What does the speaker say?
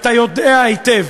אתה יודע היטב,